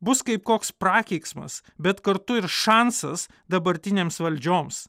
bus kaip koks prakeiksmas bet kartu ir šansas dabartinėms valdžioms